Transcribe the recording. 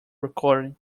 recording